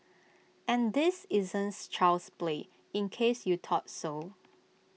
and this isn't child's play in case you thought so